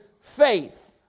faith